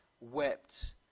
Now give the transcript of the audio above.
wept